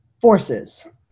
forces